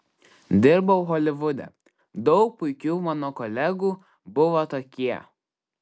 dirbau holivude daug puikių mano kolegų buvo tokie